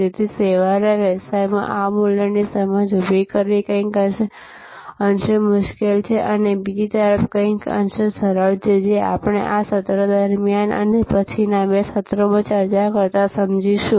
તેથી સેવાના વ્યવસાયમાં આ મૂલ્યની સમજ ઊભી કરવી કંઈક અંશે મુશ્કેલ છે અને બીજી તરફ કંઈક અંશે સરળ છે જે આપણે આ સત્ર દરમિયાન અને પછીના બે સત્રોમાં ચર્ચા કરતાં સમજીશું